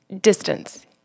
Distance